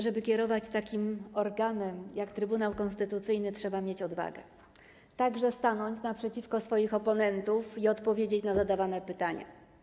Żeby kierować takim organem jak Trybunał Konstytucyjny, trzeba mieć odwagę - stanąć naprzeciwko oponentów i odpowiedzieć na zadawane pytania.